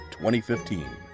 2015